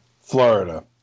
Florida